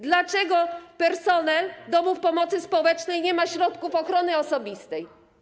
Dlaczego personel domów pomocy społecznej nie ma środków ochrony osobistej?